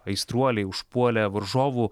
aistruoliai užpuolė varžovų